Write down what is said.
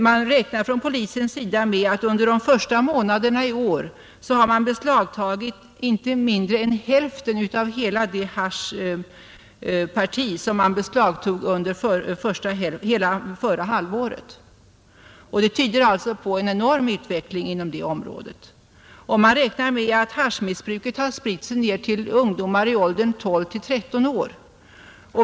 Man räknar från polisens sida med att under de första månaderna i år har man beslagtagit inte mindre än hälften av den mängd hasch som man beslagtog under hela förra halvåret. Det tyder alltså på en enorm utveckling inom det området. Man räknar med att haschmissbruket har spritt sig ned till ungdomar i åldern 12—13 år.